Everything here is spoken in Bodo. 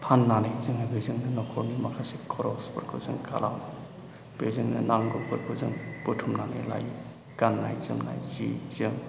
फाननानै जोङो बेजोंनो न'खरनि माखासे खरसफोरखौ जों खालामो बेजोंनो नांगौफोरखौ जों बुथुमनानै लायो गाननाय जोमनाय सि जोम